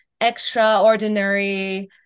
extraordinary